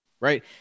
right